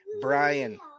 Brian